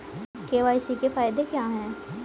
KYC के फायदे क्या है?